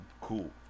Cool